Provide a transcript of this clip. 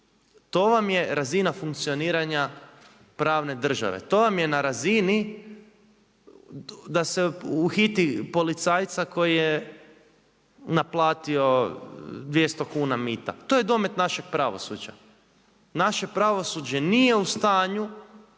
To vam je razina funkcioniranja pravne države, to vam je na razini da se uhiti policajca koji je naplatio 200 kuna mita, to je domet našeg pravosuđa. Naše pravosuđe nije u stanju